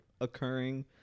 occurring